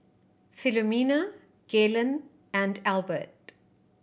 Philomena Galen and Albert